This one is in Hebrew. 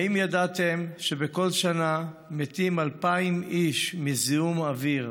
האם ידעתם שבכל שנה מתים 2,000 איש מזיהום אוויר?